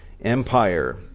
empire